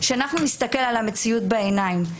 להסתכל למציאות בעיניים.